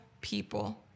people